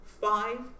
Five